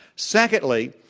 secondly,